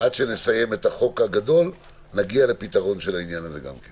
שנסיים את החוק הגדול נגיע לפתרון של העניין הזה גם כן.